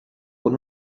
con